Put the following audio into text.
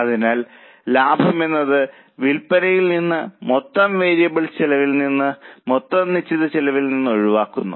അതിനാൽ ലാഭം എന്നത് വിൽപ്പനയിൽ നിന്ന് മൊത്തം വേരിയബിൾ ചെലവിൽ നിന്ന് മൊത്തം നിശ്ചിത ചെലവിൽ നിന്ന് ഒഴിവാക്കുന്നു